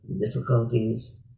difficulties